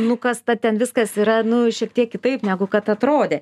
nukasta ten viskas yra nu šiek tiek kitaip negu kad atrodė